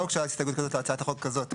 לא הוגשה הסתייגות כזאת להצעת החוק הזאת.